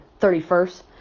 31st